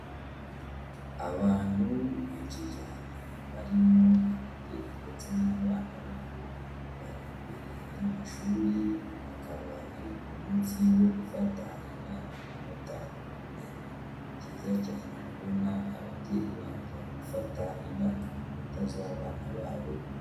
Abantu benshi cyane barimo ababyeyi ndetse n'abana babo. Bari imbere y'amashuri, akaba ari ku munsi wo gufata indangamanota. Ni ibintu byiza cyane kubona ababyeyi baza gufata indangamanota z'abana babo.